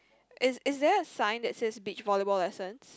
is is there a sign that says beach volleyball lessons